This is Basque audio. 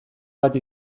bat